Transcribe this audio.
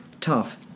tough